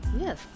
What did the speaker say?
Yes